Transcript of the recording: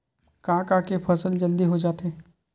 का का के फसल जल्दी हो जाथे?